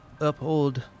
Uphold